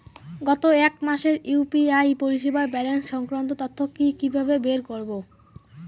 গত এক মাসের ইউ.পি.আই পরিষেবার ব্যালান্স সংক্রান্ত তথ্য কি কিভাবে বের করব?